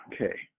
okay